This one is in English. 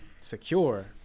secure